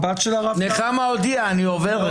נחמה הודיעה: אני עוברת.